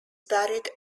buried